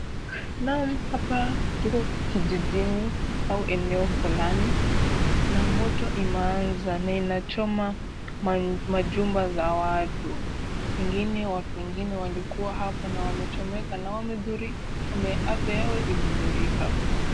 Naam hapa tuko kijijini au eneo fulani na moto imeanza na inachoma jumba za watu. Watu wengine walikuwa hapa wamechomeka na afya yao imedhurika.